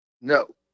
No